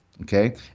okay